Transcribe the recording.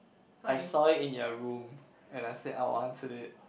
I saw it in your room and I said I wanted it